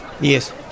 yes